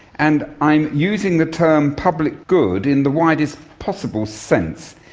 and i'm using the term public good in the widest possible sense,